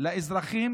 לאזרחים